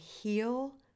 heal